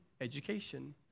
education